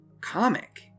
comic